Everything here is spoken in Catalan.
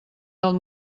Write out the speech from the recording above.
del